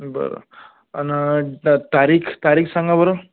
बरं अनं तारीख तारीख सांगा बरं